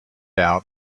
out